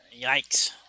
Yikes